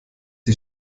die